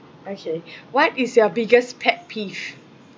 okay what is your biggest pet peeve